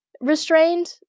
restrained